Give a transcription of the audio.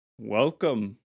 Welcome